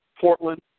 Portland